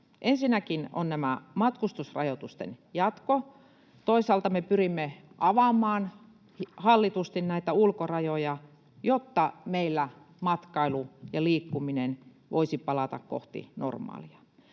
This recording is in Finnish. Ensinnäkin on tämä matkustusrajoitusten jatko — toisaalta me pyrimme avaamaan hallitusti ulkorajoja, jotta meillä matkailu ja liikkuminen voisivat palata kohti normaalia